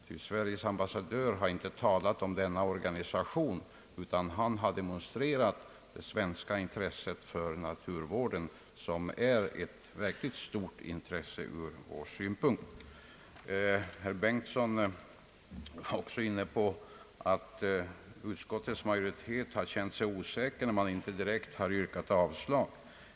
Ty Sveriges ambassadör har inte talat om denna organisation utan demonstrerat det svenska intresset för naturvården, ett verkligt stort intresse ur vår synpunkt. Herr Bengtson var också inne på att utskottets majoritet har känt sig osäker när den inte direkt yrkat avslag.